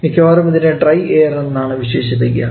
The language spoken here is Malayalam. മിക്കവാറും ഇതിനെ ഡ്രൈ എയർ എന്നാണ് വിശേഷിപ്പിക്കുക